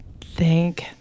Thank